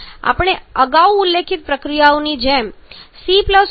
આપણે અગાઉ ઉલ્લેખિત પ્રતિક્રિયાઓની જેમ C O2 3